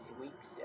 weeks